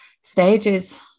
stages